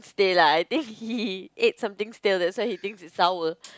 stale lah I think he ate something stale that's why he thinks that its sour